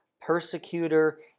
persecutor